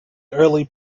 early